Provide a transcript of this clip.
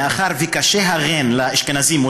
מאחר שקשה הרי"ן לאשכנזים,